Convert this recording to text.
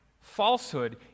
falsehood